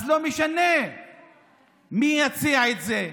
אז לא משנה מי יציע את זה,